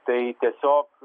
tai tiesiog